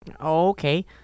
Okay